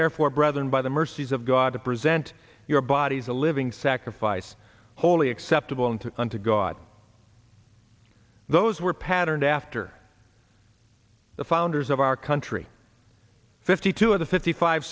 therefore brother and by the mercies of god to present your bodies a living sacrifice wholly acceptable and to and to god those were patterned after the founders of our country fifty two of the fifty five